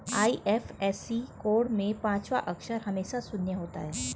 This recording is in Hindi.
आई.एफ.एस.सी कोड में पांचवा अक्षर हमेशा शून्य होता है